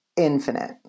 infinite